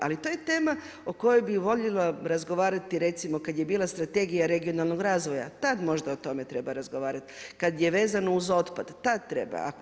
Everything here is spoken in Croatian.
Ali to je tema o kojoj bi voljela razgovarati recimo kada je bila Strategija regionalnog razvoja tad možda o tome treba razgovarati, kada je vezano uz otpad tad treba.